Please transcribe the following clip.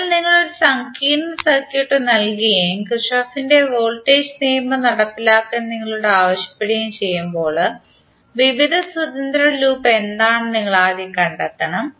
അതിനാൽ നിങ്ങൾ ഒരു സങ്കീർണ്ണ സർക്യൂട്ട് നൽകുകയും കിർചോഫിന്റെ വോൾട്ടേജ് നിയമം നടപ്പിലാക്കാൻ നിങ്ങളോട് ആവശ്യപ്പെടുകയും ചെയ്യുമ്പോൾ വിവിധ സ്വതന്ത്ര ലൂപ്പ് എന്താണെന്ന് നിങ്ങൾ ആദ്യം കണ്ടെത്തണം